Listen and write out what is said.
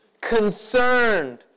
concerned